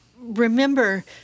remember